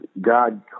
God